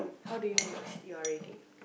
how do you know you're you're ready